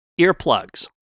Earplugs